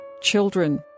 children